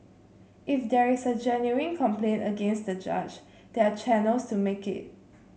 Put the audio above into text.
if there is a genuine complaint against the judge there are channels to make it